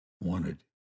wanted